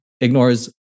ignores